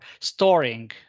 storing